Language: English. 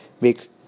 make